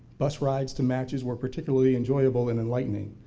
bus rides to matches were particularly enjoyable and enlightening.